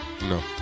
No